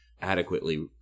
adequately